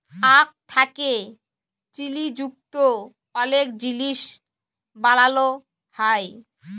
আখ থ্যাকে চিলি যুক্ত অলেক জিলিস বালালো হ্যয়